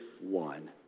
One